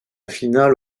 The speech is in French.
finale